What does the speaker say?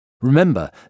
Remember